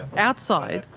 outside,